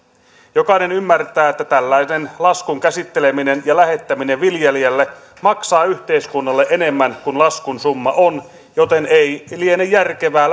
jokainen ymmärtää että tällainen laskun käsitteleminen ja lähettäminen viljelijälle maksaa yhteiskunnalle enemmän kuin laskun summa on joten ei liene järkevää